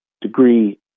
degree